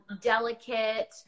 delicate